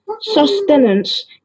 sustenance